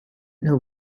know